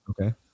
Okay